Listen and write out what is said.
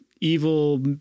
evil